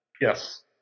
Yes